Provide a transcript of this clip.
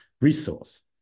resource